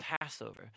Passover